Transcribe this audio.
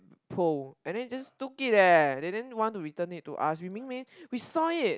pole and then just took it eh they didn't want to return it to us we ming ming we saw it